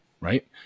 right